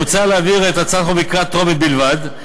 מוצע להעביר את הצעת החוק בקריאה טרומית בלבד,